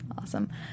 Awesome